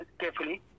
carefully